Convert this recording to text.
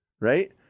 Right